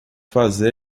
fazer